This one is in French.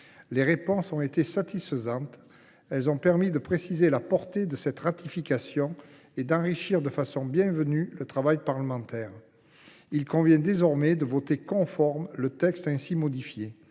Elles ont été satisfaisantes : elles ont permis de préciser la portée de la ratification et d’enrichir de façon bienvenue le travail parlementaire. Il convient désormais d’adopter conforme le texte ainsi modifié.